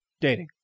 dating